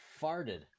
farted